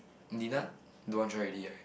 Nina don't want try already right